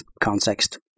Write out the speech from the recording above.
context